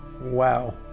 wow